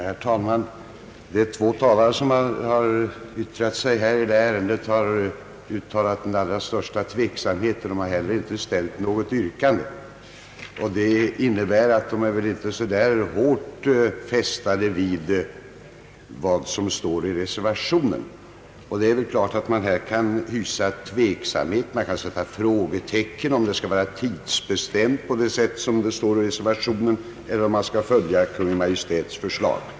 Herr talman! De två talare som har yttrat sig i detta ärende har uttalat den allra största tveksamhet, och de har heller inte ställt något yrkande. Det innebär att de väl inte är så hårt fästade vid vad som står i reservationen. Det är klart att man här kan hysa tveksamhet och att man kan fråga sig, om sekretesstiden skall vara tidsbestämd på det sätt som står i reservationen eller om man skall följa Kungl. Maj:ts förslag.